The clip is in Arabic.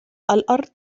الأرض